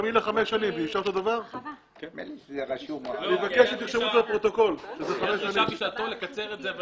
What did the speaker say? מבקש לרשום בפרוטוקול שזה חמש שנים.